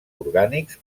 orgànics